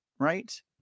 Right